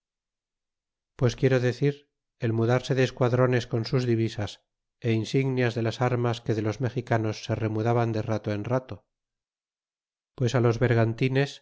pues quiero decir el mudarse de esquadrones con sus divisas e insignias de las armas que de los mexicanos se re mudaban de rato en rato pues los